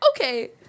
okay